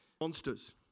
monsters